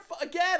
again